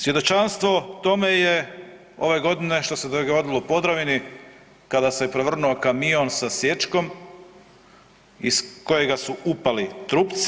Svjedočanstvo tome je ove godine što se dogodilo u Podravini kada se prevrnuo kamion sa sječkom iz kojega su upali trupci.